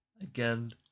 again